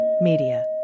Media